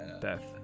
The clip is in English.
death